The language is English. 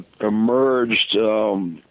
emerged